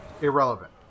irrelevant